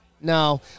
no